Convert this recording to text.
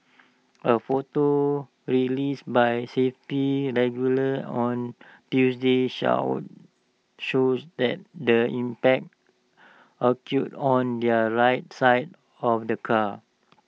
A photo released by safety regular on Tuesday shows that the impact occurred on the right side of the car